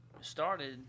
started